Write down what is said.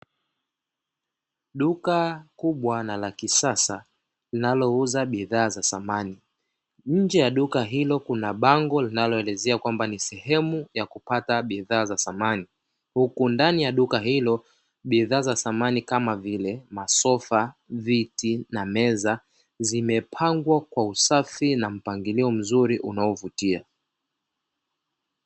Duka kubwa na la kisasa linalo uza bidhaa za samani. Nje ya duka hilo kuna bango linaloelezea kwamba ni sehemu ya kupata bidhaa za samani. Huku ndani ya duka hilo, bidhaa za samani kama vile masofa, viti, na meza, zimepangwa kwa usafi na mpangilio mzuri unaovutia.